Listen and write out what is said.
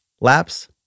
laps